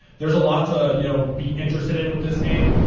there's a lot to you know be interested in with this name,